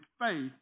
faith